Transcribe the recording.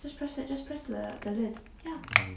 oh